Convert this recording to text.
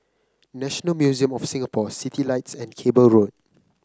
National Museum of Singapore Citylights and Cable Road